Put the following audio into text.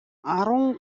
арван